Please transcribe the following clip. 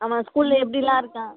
அவன் ஸ்கூலில் எப்படில்லாம் இருக்கான்